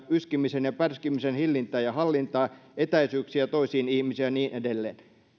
yskimisen ja pärskimisen hillintää ja hallintaa etäisyyksiä toisiin ihmisiin ja niin edelleen